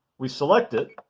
we select it,